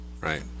Right